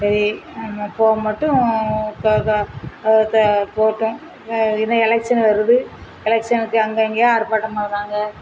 சரி இப்போது மட்டும் தே போட்டும் இந்த எலெக்ஸன் வருது எலெக்ஸனுக்கு அங்கே இங்கேயும் ஆர்ப்பாட்டம் பண்ணுறாங்க